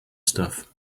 stuff